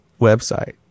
website